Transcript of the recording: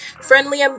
Friendly